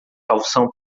calção